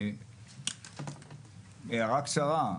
הערה קצרה.